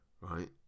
right